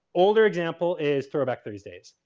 older example is throwback thursdays.